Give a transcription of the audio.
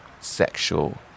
sexual